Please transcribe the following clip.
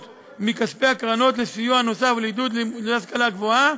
מכספי הקרנות לסיוע נוסף ולעידוד לימודי השכלה גבוהה,